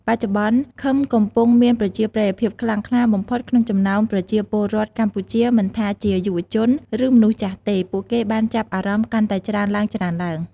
បច្ចុប្បន្ន ឃឹមកំពុងមានប្រជាប្រិយភាពខ្លាំងក្លាបំផុតក្នុងចំណោមប្រជាពលរដ្ឋកម្ពុជាមិនថាជាយុវជន ឬមនុស្សចាស់ទេ ពួកគេបានចាប់អារម្មណ៍កាន់តែច្រើនឡើងៗ។